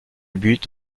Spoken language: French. butte